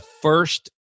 first